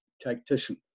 tactician